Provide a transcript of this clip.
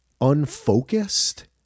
unfocused